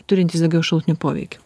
turintis daugiau šalutinių poveikių